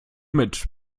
mit